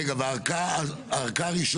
רגע, אורכה ראשונה,